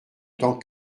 temps